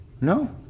No